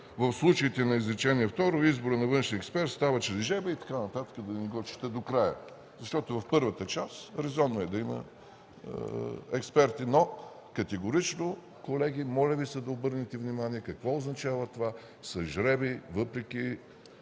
„В случаите по изречение второ изборът на външен експерт става чрез жребий ...” и така нататък, да не го чета докрай, защото в първата част, резонно е да има експерти. Но категорично, колеги, моля Ви да обърнете внимание какво означава това „с жребий”, въпреки